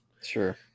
Sure